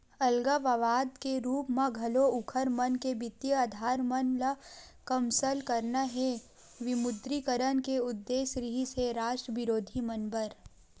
अलगाववाद के रुप म घलो उँखर मन के बित्तीय अधार मन ल कमसल करना ये विमुद्रीकरन के उद्देश्य रिहिस हे रास्ट बिरोधी मन बर